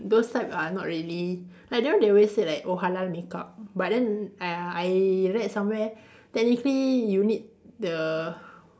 those type are not really like don't know they always say like oh halal makeup but then !aiya! I read somewhere technically you need the